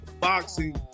boxing